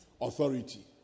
Authority